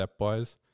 stepwise